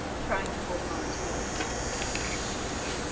trying to hold on to what detroit has is part of